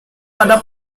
pada